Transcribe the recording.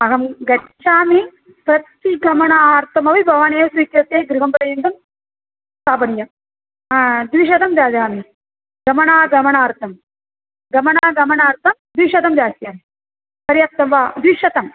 अहं गच्छामि तत् गमनार्थमपि भवानेव स्वीकृत्य गृहं पर्यन्तं स्थापनीयं हा द्विशतं ददामि गमनागमनार्थं गमनागमनार्तं द्विशतं दास्यामि पर्याप्तं वा द्विशतं